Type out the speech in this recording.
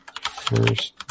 First